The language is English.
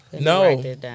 no